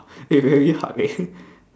eh very hard eh